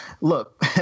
Look